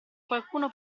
qualcuno